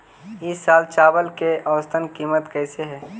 ई साल चावल के औसतन कीमत कैसे हई?